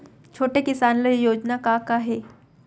छोटे किसान ल योजना का का हे?